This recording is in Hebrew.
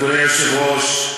אדוני היושב-ראש,